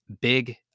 big